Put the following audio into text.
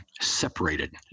separated